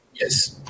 Yes